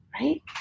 Right